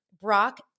Brock